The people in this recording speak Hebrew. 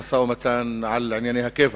המשא-ומתן על ענייני הקבע.